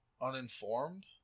uninformed